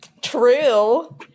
True